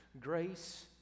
Grace